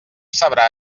sabrà